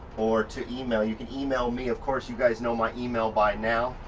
or to email. you can email me of course. you guys know my email by now.